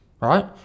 right